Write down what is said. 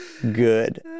Good